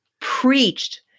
preached